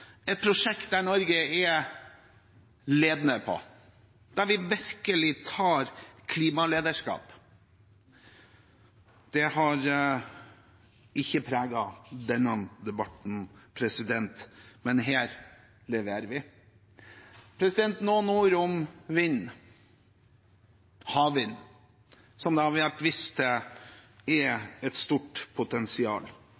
et prosjekt der Norge er ledende, der vi virkelig tar klimalederskap. Det har ikke preget denne debatten, men her leverer vi. Så noen ord om havvind, som det har vært vist til